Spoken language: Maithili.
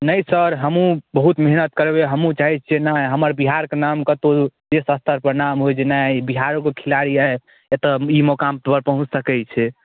नहि सर हमहूँ बहुत मेहनत करबै हमहू चाहै छियै ने हमर बिहारके नाम कतौ विश्वस्तरपर नाम होइ जे नहि बिहारो के खेलाड़ी है एतऽ ई मुकामपर पहुँच सकै छै